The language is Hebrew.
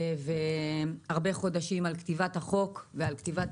מדובר על הרבה חודשים בכתיבת החוק ובכתיבת